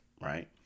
right